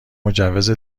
مجوز